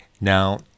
now